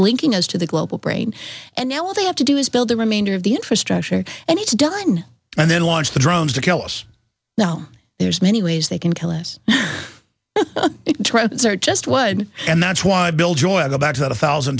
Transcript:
linking as to the global brain and now all they have to do is build the remainder of the infrastructure and it's done and then launched the drones to kill us now there's many ways they can kill us it just would and that's why bill joy i go back to that a thousand